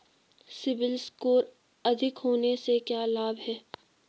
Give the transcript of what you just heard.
CIBIL score अधिक होने से क्या लाभ हैं?